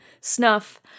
snuff